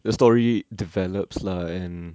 the story develops lah and